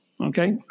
okay